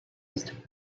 used